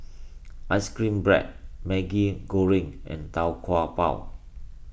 Ice Cream Bread Maggi Goreng and Tau Kwa Pau